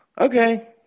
Okay